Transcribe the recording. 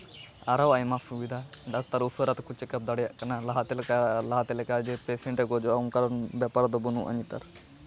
ᱟᱨᱦᱚᱸ ᱟᱭᱢᱟ ᱥᱩᱵᱤᱫᱷᱟ ᱰᱟᱠᱛᱟᱨ ᱩᱥᱟᱹᱨᱟ ᱛᱮᱠᱚ ᱪᱮᱠ ᱟᱯ ᱫᱟᱲᱮᱭᱟᱜ ᱠᱟᱱᱟ ᱞᱟᱦᱟᱛᱮ ᱞᱮᱠᱟ ᱞᱟᱦᱟᱛᱮ ᱞᱮᱠᱟ ᱡᱮ ᱯᱮᱥᱮᱱᱴ ᱮ ᱜᱚᱡᱚᱜᱼᱟ ᱚᱱᱠᱟ ᱵᱮᱯᱟᱨ ᱫᱚ ᱵᱟᱹᱱᱩᱜᱼᱟ ᱱᱮᱛᱟᱨ